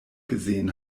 gesehen